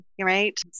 right